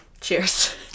cheers